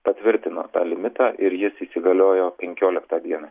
patvirtino limitą ir jis įsigaliojo penkioliktą dieną